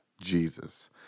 Jesus